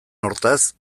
hortaz